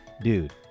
Dude